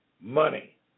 money